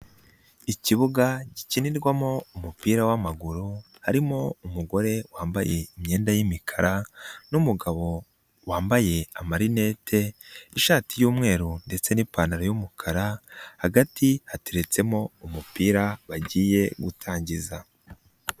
Ikibuga gikinirwamo umupira w'amaguru harimo umugore wambaye imyenda y'imikara n'umugabo wambaye amarinete, ishati y'umweru ndetse n'ipantaro y'umukara, hagati hateretsemo umupira bagiye gutangiza.